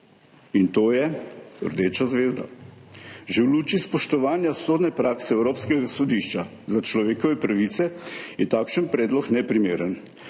to je rdeča zvezda. Že v luči spoštovanja sodne prakse Evropskega sodišča za človekove pravice je takšen predlog neprimeren.